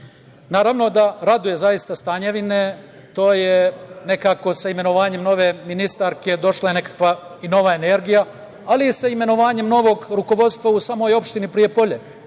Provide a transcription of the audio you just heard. da raduje zaista Stanjevine. Nekako sa imenovanjem nove ministarke došla je i nekakva nova energija, ali i sa imenovanjem novog rukovodstva u samoj opštini Prijepolje.